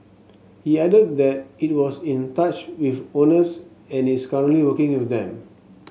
he added that it was in touch with owners and is currently working with them